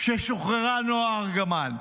כששוחררה נועה ארגמני.